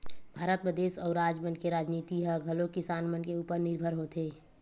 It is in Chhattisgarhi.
भारत म देस अउ राज मन के राजनीति ह घलोक किसान मन के उपर निरभर होथे